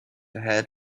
ahead